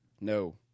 No